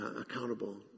accountable